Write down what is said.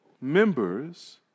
members